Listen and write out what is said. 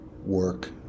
work